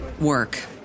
work